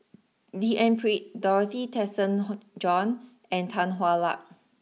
D N Pritt Dorothy Tessensohn Jone and Tan Hwa Luck